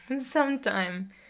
sometime